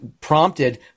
prompted